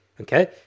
okay